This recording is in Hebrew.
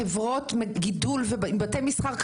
חברות גידול ובתי מסחר,